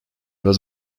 was